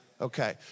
Okay